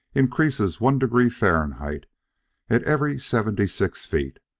increases one degree fahrenheit at every seventy-six feet,